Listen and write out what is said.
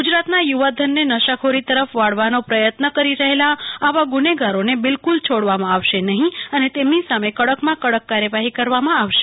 ગુજરાતના યુવાધનને નશાખોરી તરફ વાળવાનો પ્રયત્ન કરી રહેલા આવા ગુનેગારોને બિલકુલ છોડવામાં આવશે નહીં અને તેમની સામે કડકમાં કડક કાર્યવાહી કરવામાં આવશે